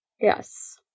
Yes